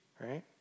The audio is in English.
right